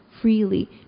freely